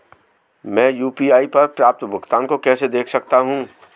मैं यू.पी.आई पर प्राप्त भुगतान को कैसे देख सकता हूं?